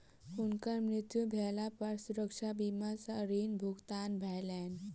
हुनकर मृत्यु भेला पर सुरक्षा बीमा सॅ ऋण भुगतान भेलैन